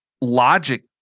logic